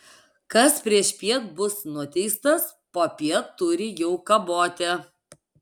kas priešpiet bus nuteistas popiet turi jau kaboti